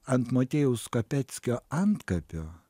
ant motiejaus kapeckio antkapio